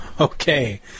Okay